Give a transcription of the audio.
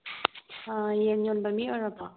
ꯌꯦꯟ ꯌꯣꯟꯕ ꯃꯤ ꯑꯣꯏꯔꯕꯣ